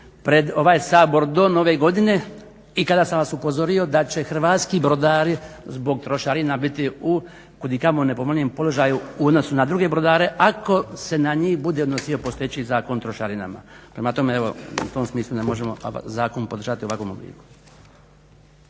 pred ovaj Sabor do nove godine i kada sam vas upozorio da će hrvatski brodari zbog trošarina biti u kud i kamo nepovoljnijem položaju u odnosu na druge brodare ako se na njih bude odnosio postojeći Zakon o trošarinama. Prema tome, evo u tom smislu ne možemo zakon podržati u ovakvom obliku.